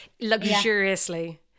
luxuriously